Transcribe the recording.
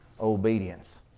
obedience